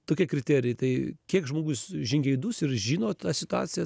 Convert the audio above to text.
tokie kriterijai tai kiek žmogus žingeidus ir žino tą situaciją